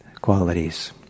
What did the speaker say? qualities